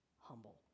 humble